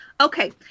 Okay